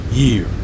Year